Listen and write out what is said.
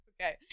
Okay